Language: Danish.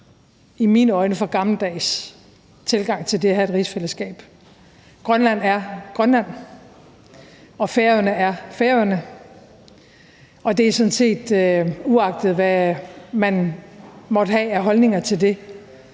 i mine øjne – for gammeldags tilgang til det her rigsfællesskab. Grønland er Grønland, og Færøerne er Færøerne, og det er sådan set, uagtet hvad man måtte have af holdninger til det.